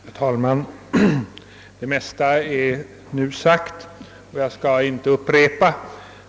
Herr talman! Det mesta är nu sagt, och jag skall inte upprepa det.